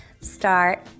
start